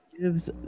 gives